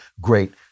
great